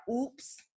Oops